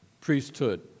priesthood